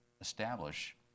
establish